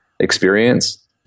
experience